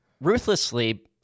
ruthlessly